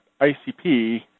ICP